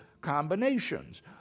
combinations